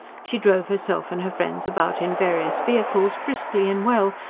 she drove herself and her friends about in various vehicles, briskly and well,